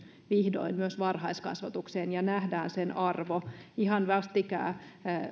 vihdoin myös varhaiskasvatukseen ja nähdään sen arvo ihan vastikään